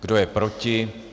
Kdo je proti?